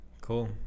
Cool